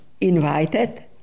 invited